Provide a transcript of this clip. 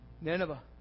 Nineveh